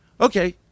okay